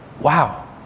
Wow